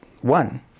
one